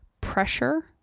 pressure